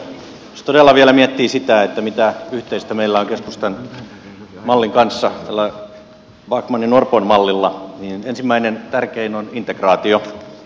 jos todella vielä miettii sitä mitä yhteistä meillä on keskustan mallin kanssa tällä backmaninorpon mallilla niin ensimmäinen ja tärkein on integraatio